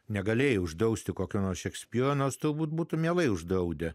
negalėjai uždrausti kokio nors šekspyro nors turbūt būtų mielai uždraudę